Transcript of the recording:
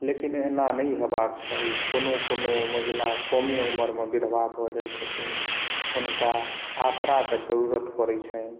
लेकिन एना नहि हेबाक चाही कोनो कोनो महिला कमे उमर मे विधवा भऽ जाइत छथिन हुनका आसरा के जरूरत परै छनि